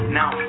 now